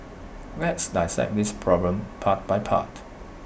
let's dissect this problem part by part